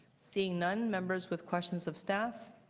seeing none, members with questions of staff,